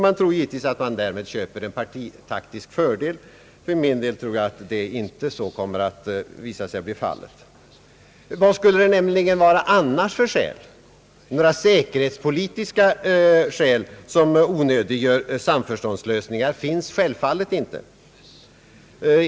Man tror givetvis att man därmed köper en partitaktisk fördel. För min del tror jag inte att så kommer att bli fallet. Vad skulle det nämligen annars vara för skäl? Några säkerhetspolitiska skäl som onödiggör samförståndslösningar föreligger inte.